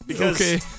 Okay